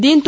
దీంతో